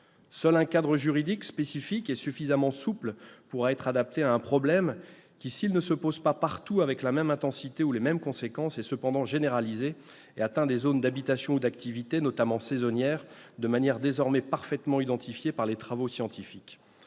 Seul un cadre juridique spécifique et suffisamment souple pourra être adapté à un problème qui, s'il ne se pose pas partout avec la même intensité ou les mêmes conséquences, est cependant généralisé, atteint des zones d'habitation ou d'activités, notamment saisonnières, de manière désormais parfaitement identifiée par les travaux scientifiques.